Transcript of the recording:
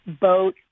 boat